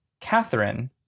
Catherine